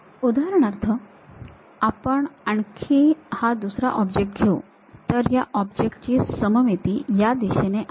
उदाहरणार्थ आपण आणखी हा दुसरा ऑब्जेक्ट घेऊ तर या ऑब्जेक्ट ची सममिती या दिशेने आहे